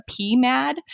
PMAD